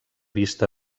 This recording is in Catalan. vista